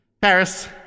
Paris